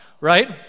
right